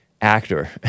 actor